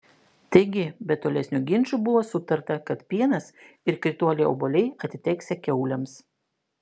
taigi be tolesnių ginčų buvo sutarta kad pienas ir krituoliai obuoliai atiteksią kiaulėms